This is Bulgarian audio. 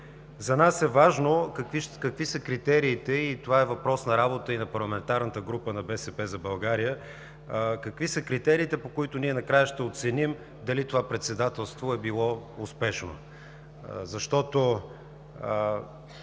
За нас е важно, и това е въпрос на работа и на Парламентарната група на „БСП за България“, какви са критериите, по които ние накрая ще оценим дали това Председателство е било успешно.